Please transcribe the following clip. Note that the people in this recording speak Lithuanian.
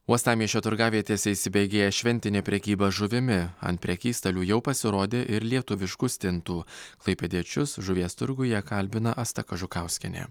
uostamiesčio turgavietėse įsibėgėja šventinė prekyba žuvimi ant prekystalių jau pasirodė ir lietuviškų stintų klaipėdiečius žuvies turguje kalbina asta kažukauskienė